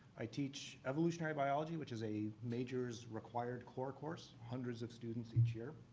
i teach evolutionary biology, which is a major's required core course. hundreds of students each year.